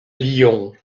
lion